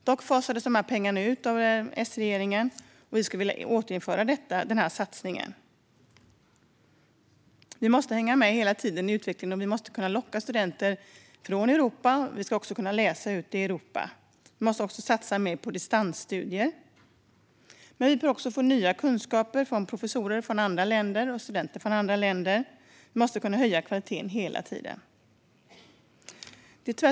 Dessa pengar fasades ut av S-regeringen, men vi vill återinföra denna satsning. Vi måste hänga med i utvecklingen och kunna locka studenter från Europa, och svenska studenter måste kunna läsa i Europa. Vi måste också satsa mer på distansstudier. Vi behöver få nya kunskaper från studenter och professorer från andra länder och hela tiden höja kvaliteten.